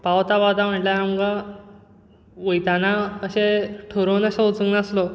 पावता पावता म्हटल्यार आमकां वयताना अशें थारावन असो वचूंक नासलो